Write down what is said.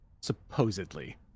supposedly